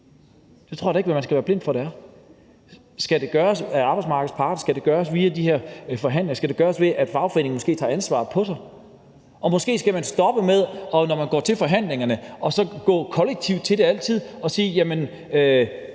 Det tror jeg da ikke at man skal være blind for at der er. Skal det gøres af arbejdsmarkedets parter? Skal det gøres via de her forhandlinger? Skal det gøres ved, at fagforeningen måske tager ansvaret på sig? Man skal måske stoppe med, når man går til forhandlingerne, altid at gå kollektivt til dem og sige: